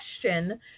question